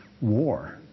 war